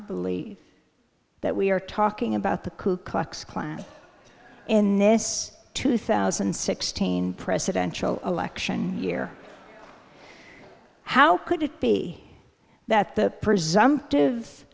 believe that we are talking about the ku klux klan in this two thousand and sixteen presidential election year how could it be that the